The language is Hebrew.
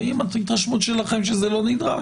ואם ההתרשמות שלכם שזה לא נדרש,